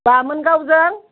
बामोनगावजों